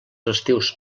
estius